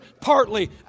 partly